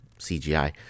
CGI